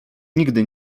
nigdy